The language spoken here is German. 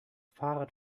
fahrrad